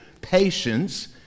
patience